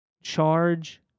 charge